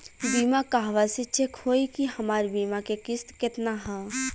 बीमा कहवा से चेक होयी की हमार बीमा के किस्त केतना ह?